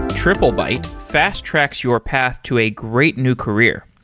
triplebyte fast-tracks your path to a great new career.